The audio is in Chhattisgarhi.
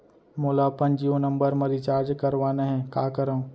मोला अपन जियो नंबर म रिचार्ज करवाना हे, का करव?